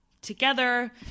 together